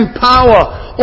power